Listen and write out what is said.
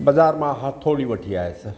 बाज़ार मां हथौड़ी वठी आयसि